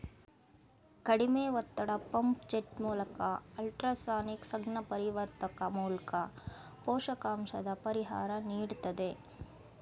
ಕಡಿಮೆ ಒತ್ತಡ ಪಂಪ್ ಜೆಟ್ಮೂಲ್ಕ ಅಲ್ಟ್ರಾಸಾನಿಕ್ ಸಂಜ್ಞಾಪರಿವರ್ತಕ ಮೂಲ್ಕ ಪೋಷಕಾಂಶದ ಪರಿಹಾರ ನೀಡ್ತದೆ